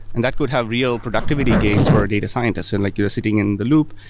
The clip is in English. and that could have real productivity gains for a data scientist and like you are sitting in the loop.